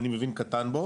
אני מבין קטן בו,